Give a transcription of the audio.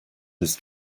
his